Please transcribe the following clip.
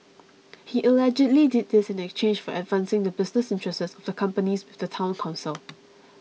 he allegedly did this in exchange for advancing the business interests of the companies with the Town Council